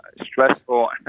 stressful